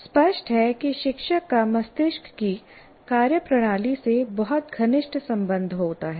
स्पष्ट है कि शिक्षक का मस्तिष्क की कार्यप्रणाली से बहुत घनिष्ठ सम्बन्ध होता है